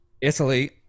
Italy